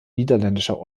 niederländischer